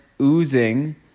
oozing